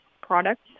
products